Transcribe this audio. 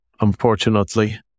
unfortunately